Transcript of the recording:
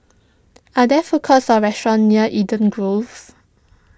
are there food courts or restaurants near Eden Grove